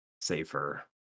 safer